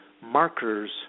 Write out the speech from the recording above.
markers